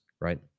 right